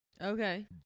okay